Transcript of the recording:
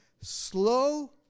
slow